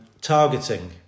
targeting